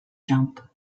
jump